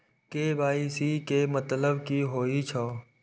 KYC के मतलब कि होई छै?